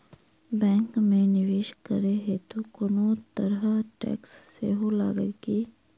Bank मे निवेश करै हेतु कोनो तरहक टैक्स सेहो लागत की?